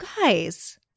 guys